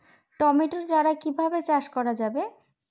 Tomato চারা কিভাবে চাষ করা যাবে?